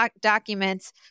documents